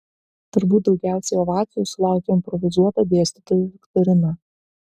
turbūt daugiausiai ovacijų sulaukė improvizuota dėstytojų viktorina